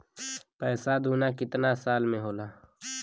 पैसा दूना कितना साल मे होला?